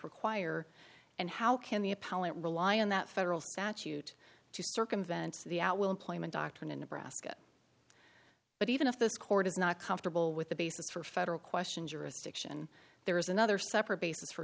require and how can the appellant rely on that federal statute to circumvent the at will employment doctrine in nebraska but even if this court is not comfortable with the basis for federal question jurisdiction there is another separate basis for